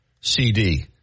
cd